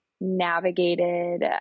navigated